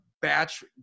Batch